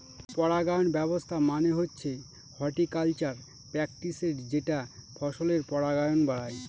পরাগায়ন ব্যবস্থা মানে হচ্ছে হর্টিকালচারাল প্র্যাকটিসের যেটা ফসলের পরাগায়ন বাড়ায়